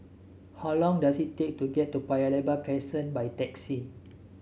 how long does it take to get to Paya Lebar Crescent by taxi